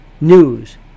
news